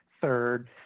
third